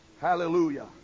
Hallelujah